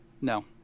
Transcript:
No